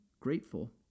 grateful